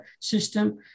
system